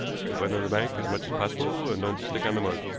keep under the bank as much as possible, and don't stick on the mud.